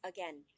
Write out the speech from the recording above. Again